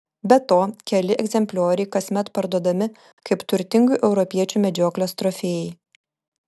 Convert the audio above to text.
be to keli egzemplioriai kasmet parduodami kaip turtingų europiečių medžioklės trofėjai